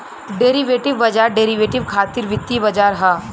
derivative बाजार derivative खातिर वित्तीय बाजार ह